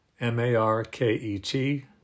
M-A-R-K-E-T